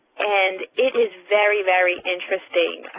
and it is very, very interesting,